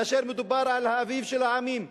כאשר מדובר על האביב של העמים,